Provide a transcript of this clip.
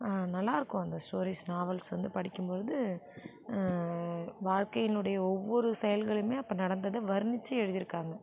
நல்லாருக்கும் அந்த stories novels வந்து படிக்கும் பொழுது வாழ்க்கையினுடைய ஒவ்வொரு செயல்களையுமே அப்போ நடந்ததை வர்ணிச்சு எழுதிருக்காங்க